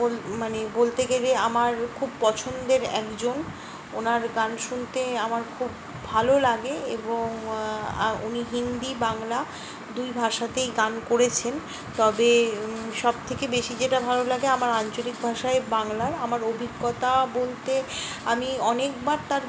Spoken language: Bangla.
বোল মানে বলতে গেলে আমার খুব পছন্দের একজন ওনার গান শুনতে আমার খুব ভালো লাগে এবং উনি হিন্দি বাংলা দুই ভাষাতেই গান করেছেন তবে সব থেকে বেশি যেটা ভালো লাগে আমার আঞ্চলিক ভাষায় বাংলার আমার অভিজ্ঞতা বলতে আমি অনেকবার তার